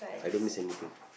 I don't miss anything